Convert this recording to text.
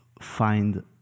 find